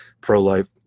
pro-life